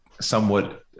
somewhat